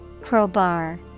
Crowbar